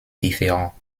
différents